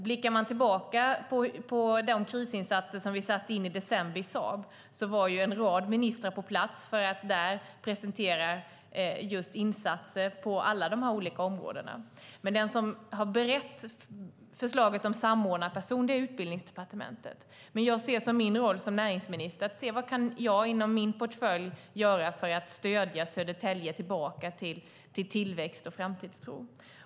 Blickar man tillbaka på de krisinsatser vi satte in för Saab i december var en rad ministrar på plats för att presentera just insatser på alla de olika områdena. Förslaget om samordnarperson har beretts av Utbildningsdepartementet, men jag ser det som min roll som näringsminister att titta på vad jag inom min portfölj kan göra för att stödja Södertälje tillbaka till tillväxt och framtidstro.